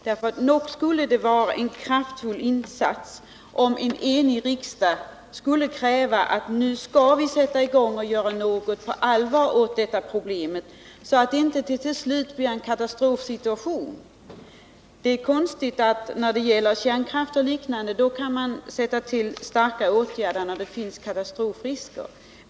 Det skulle vara en kraftfull insats om en enig riksdag krävde att nu skall vi sätta i gång och göra något på allvar åt detta problem, så att det inte till slut blir en katastrofsituation. Det är konstigt att när det gäller kärnkraft och liknande, då kan man vidta kraftfulla åtgärder när det finns katastrofrisker.